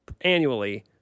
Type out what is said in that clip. Annually